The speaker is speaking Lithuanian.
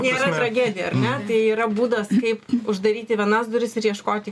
nėra tragedija ar ne tai yra būdas kaip uždaryti vienas duris ir ieškoti